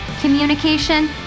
communication